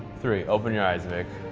three, open your eyes vic.